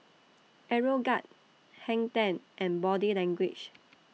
Aeroguard Hang ten and Body Language